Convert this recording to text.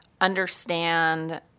understand